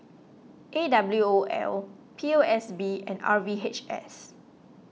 A W O L P O S B and R V H S